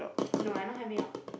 no I not helping out